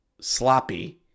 sloppy